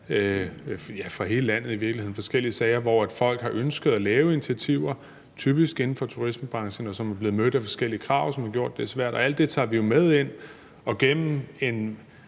ind. Det er i virkeligheden forskellige sager fra hele landet, hvor folk har ønsket at lave initiativer, typisk inden for turismebranchen, og er blevet mødt af forskellige krav, som har gjort, at det er svært. Alt det tager vi jo med ind, og vi har en,